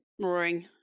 roaring